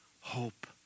Hope